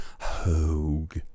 Hoag